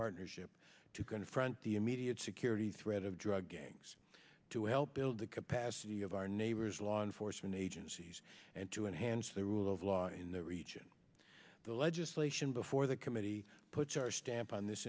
partnership to confront the immediate security threat of drug gangs to help build the capacity of our neighbors law enforcement agencies and to enhance the rule of law in the region the legislation before the committee puts our stamp on this